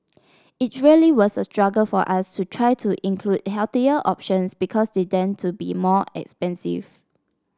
it really was a struggle for us to try to include healthier options because they tend to be more expensive